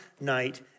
night